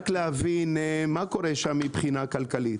מה קורה עם זה מבחינה כלכלית?